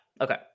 okay